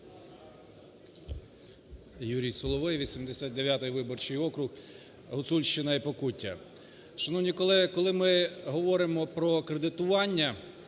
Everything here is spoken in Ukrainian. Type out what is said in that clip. Юрій Соловей, 89-й виборчий округ, Гуцульщина і Покуття. Шановні колеги, коли ми говоримо про кредитування,